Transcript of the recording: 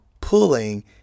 pulling